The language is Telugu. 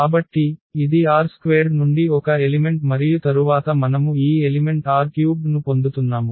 కాబట్టి ఇది R² నుండి ఒక ఎలిమెంట్ మరియు తరువాత మనము ఈ ఎలిమెంట్ R³ ను పొందుతున్నాము